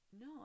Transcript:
No